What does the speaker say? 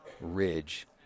ridge